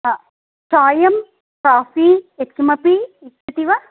हा चायं काफ़ी यत्किमपि इच्चति वा